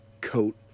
coat